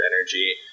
energy